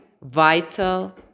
vital